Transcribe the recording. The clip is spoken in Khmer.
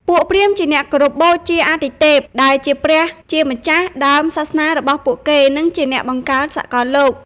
ពួកព្រាហ្មណ៍ជាអ្នកគោរពបូជាអាទិទេព ដែលជាព្រះជាម្ចាស់ដើមសាសនារបស់ពួកគេ និងជាអ្នកបង្កើតសកលលោក។